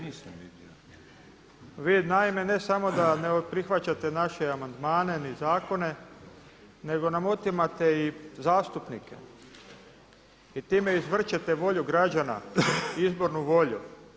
Vi naime ne samo da ne prihvaćate naše amandmane ni zakone, nego nam otimate i zastupnike i time izvrćete volju građana, izbornu volju.